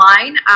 online